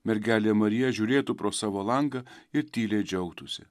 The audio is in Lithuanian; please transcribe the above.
mergelė marija žiūrėtų pro savo langą ir tyliai džiaugtųsi